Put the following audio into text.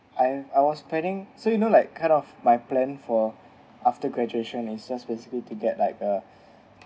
I am I was padding so you know like kind of my plan for after graduation is just basically to get like a